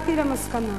והגעתי למסקנה,